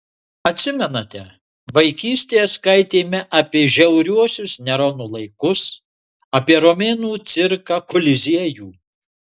atsimenate vaikystėje skaitėme apie žiauriuosius nerono laikus apie romėnų cirką koliziejų